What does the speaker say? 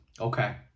okay